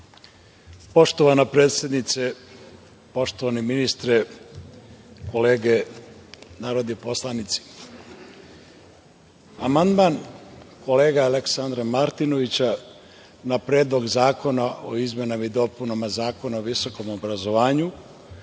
Poštovana predsednice, poštovani ministre, kolege narodni poslanici, amandman kolege Aleksandra Martinovića na Predlog zakona o izmenama i dopunama Zakona o visokom obrazovanju